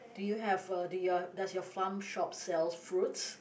do you have uh do your does your farm shop sells fruits